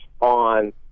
on